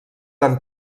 han